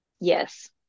Yes